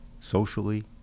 socially